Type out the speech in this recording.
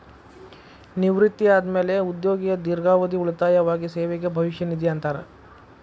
ನಿವೃತ್ತಿ ಆದ್ಮ್ಯಾಲೆ ಉದ್ಯೋಗಿಯ ದೇರ್ಘಾವಧಿ ಉಳಿತಾಯವಾಗಿ ಸೇವೆಗೆ ಭವಿಷ್ಯ ನಿಧಿ ಅಂತಾರ